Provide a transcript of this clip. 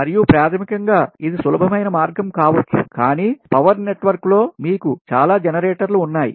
మరియు ప్రాథమికంగా ఇది సులభమైన మార్గం కావచ్చు కానీ పవర్ నెట్వర్క్లో మీకు చాలా జనరేటర్లు ఉన్నాయి